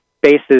Bases